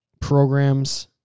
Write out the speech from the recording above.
programs